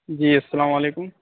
جی السّلام علیکم